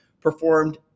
performed